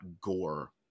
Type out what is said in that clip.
gore